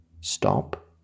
stop